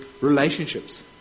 relationships